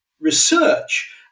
research